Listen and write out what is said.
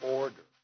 order